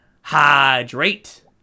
hydrate